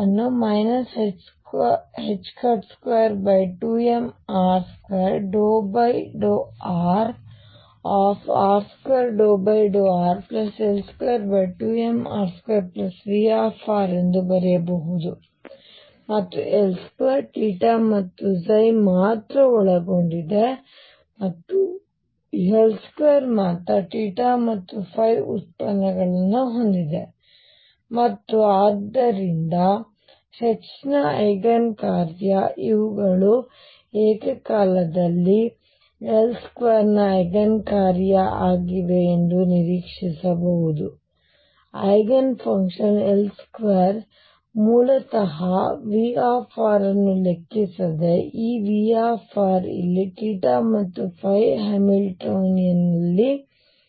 ಅನ್ನು 22mr2∂rr2∂rL22mr2V ಎಂದು ಬರೆಯಬಹುದು ಮತ್ತು L2 ಮತ್ತು ಮಾತ್ರ ಒಳಗೊಂಡಿದೆ ಮತ್ತು L2 ಮಾತ್ರ ಮತ್ತು ಉತ್ಪನ್ನಗಳನ್ನು ಹೊಂದಿದೆ ಮತ್ತು ಆದ್ದರಿಂದ H ನ ಐಗನ್ಕಾರ್ಯ ಇವುಗಳು ಏಕಕಾಲದಲ್ಲಿ L2 ನ ಐಗನ್ಕಾರ್ಯ ಆಗಿವೆ ಎಂದು ನಿರೀಕ್ಷಿಸಬಹುದು ಐಗನ್ ಫಂಕ್ಷನ್ L2 ಮೂಲತಃ V ಯನ್ನು ಲೆಕ್ಕಿಸದೆ ಈ V ಇಲ್ಲಿ ಮತ್ತು ಹ್ಯಾಮಿಲ್ಟೋನಿಯನ್ ನಲ್ಲಿ ಇಲ್ಲ